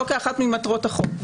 לא כאחת ממטרות החוק.